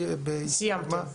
סיימתם?